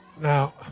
Now